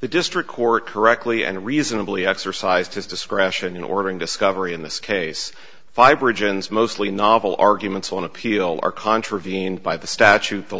the district court correctly and reasonably exercised his discretion in ordering discovery in this case fiber regions mostly novel arguments on appeal are contravene by the statute the